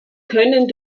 können